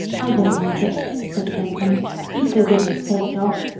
i don't like it, said the gentleman be so good as to take it off,